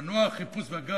ואגב,